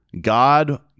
God